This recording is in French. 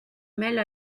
mêle